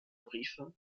briefe